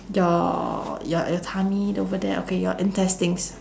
your your your tummy over there okay your intestines